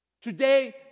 Today